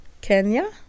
Kenya